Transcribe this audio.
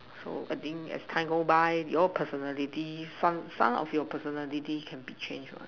so I think as time go by your personality some of your personality can be change what